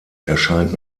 erscheint